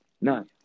No